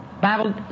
Bible